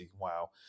Wow